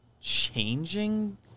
changing